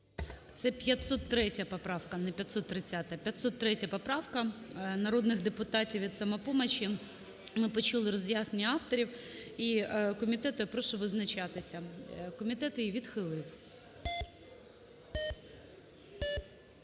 Це 503 поправка, а не 530-а. 503 поправка народних депутатів від "Самопомочі". Ми почули роз'яснення авторів і комітету. Я прошу визначатися. Комітет її відхилив.